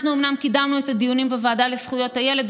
אנחנו אומנם קידמנו את הדיונים בוועדה לזכויות הילד,